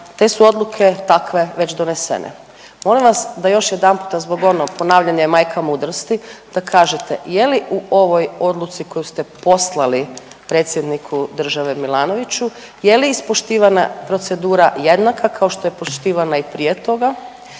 Te su odluke takve već donesene. Molim vas da još jedanputa zbog ono ponavljanje je majka mudrosti da kažete je li u ovoj odluci koju ste poslali predsjedniku države Milanoviću, je li ispoštivana procedura jednaka kao što je poštivana i prije toga,